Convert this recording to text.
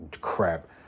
crap